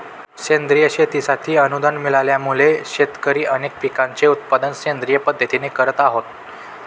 सेंद्रिय शेतीसाठी अनुदान मिळाल्यामुळे, शेतकरी अनेक पिकांचे उत्पादन सेंद्रिय पद्धतीने करत आहेत